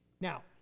Now